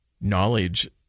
knowledge